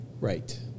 right